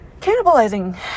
cannibalizing